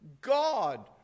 God